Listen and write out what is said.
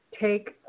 take